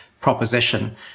proposition